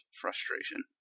frustration